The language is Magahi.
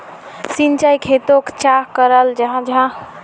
सिंचाई खेतोक चाँ कराल जाहा जाहा?